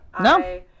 No